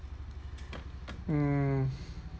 um